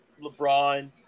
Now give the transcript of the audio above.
LeBron